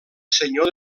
senyor